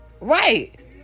right